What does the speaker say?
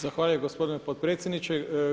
Zahvaljujem gospodine potpredsjedniče.